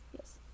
Yes